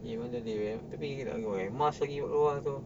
even though they wear tapi kena pakai mask lagi kat luar tu